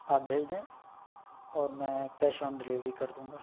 آپ بھیج دیں اور میں کیش آن ڈلیوری کر دوں گا